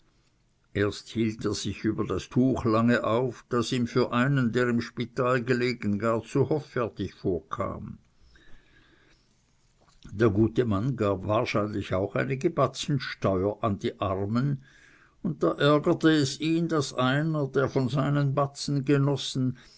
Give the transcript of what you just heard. erst hielt er sich über das tuch lange auf das ihm für einen der im spital gelegen gar zu hoffärtig vorkam der gute mann gab wahrscheinlich auch einige batzen steuer an die armen und da ärgerte es ihn daß einer der von seinen batzen genossen